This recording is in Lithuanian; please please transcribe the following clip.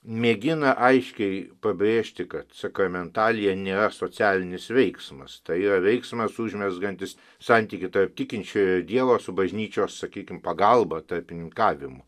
mėgina aiškiai pabrėžti kad sakramentalija nėra socialinis veiksmas tai yra veiksmas užmezgantis santykį tarp tikinčiojo ir dievo su bažnyčios sakykime pagalba tarpininkavimu